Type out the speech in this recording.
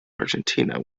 argentina